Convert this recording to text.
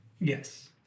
Yes